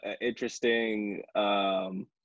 interesting –